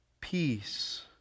peace